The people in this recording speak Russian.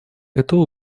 это